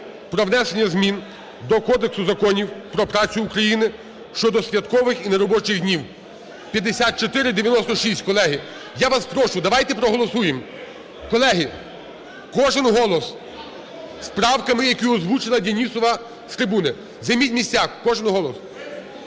про внесення змін до Кодексу Законів про працю України щодо святкових і неробочих днів (5496), колеги. Я вас прошу, давайте проголосуємо! Колеги, кожен голос! З правками, які озвучила Денісова з трибуни. Займіть місця. Кожен голос!